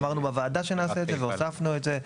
אמרנו בוועדה שנעשה את זה, והוספנו את זה.